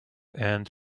and